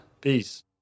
Peace